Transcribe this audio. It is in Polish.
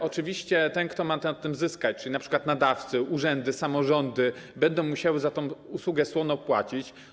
Oczywiście ten, kto ma na tym zyskać, czyli np. nadawcy, urzędy, samorządy, będzie musiał za tę usługę słono płacić.